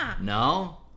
no